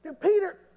Peter